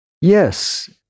Yes